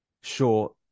sure